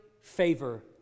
favor